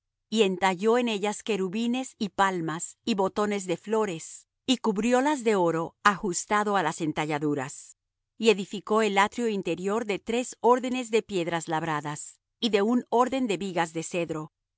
y entalló en ellas querubines y palmas y botones de flores y cubriólas de oro ajustado á las entalladuras y edificó el atrio interior de tres órdenes de piedras labradas y de un orden de vigas de cedro